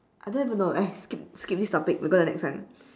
I don't even know eh skip skip this topic we go the next one